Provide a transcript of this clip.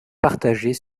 partagés